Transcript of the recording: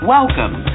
Welcome